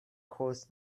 caused